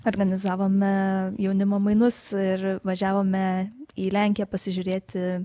organizavome jaunimo mainus ir važiavome į lenkiją pasižiūrėti